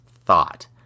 thought